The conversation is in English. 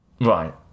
Right